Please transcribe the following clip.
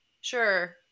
sure